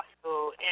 school